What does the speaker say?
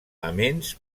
aments